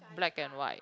black and white